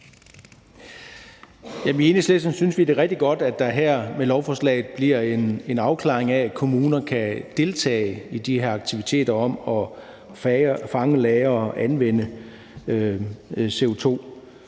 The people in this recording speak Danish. I Enhedslisten synes vi, det er rigtig godt, at der med lovforslaget her kommer en afklaring af, at kommuner kan deltage i de her aktiviteter, der handler om at fange, lagre og anvende CO2.